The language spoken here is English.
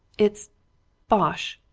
it's bosh!